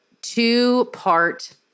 two-part